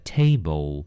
table